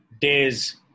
Days